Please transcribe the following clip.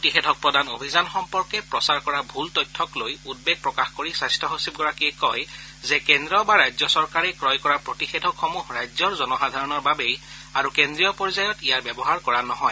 প্ৰতিষেধক প্ৰদান অভিযান সম্পৰ্কে প্ৰচাৰ কৰা ভুল তথ্যকলৈ উদ্বেগ প্ৰকাশ কৰি স্বাস্থ্য সচিবগৰাকীয়ে কয় যে কেন্দ্ৰ বা ৰাজ্য চৰকাৰে ক্ৰয় কৰা প্ৰতিষেধকসমূহ ৰাজ্যৰ জনসাধাৰণৰ বাবেই আৰু কেন্দ্ৰীয় পৰ্যায়ত ইয়াৰ ব্যৱহাৰ কৰা নহয়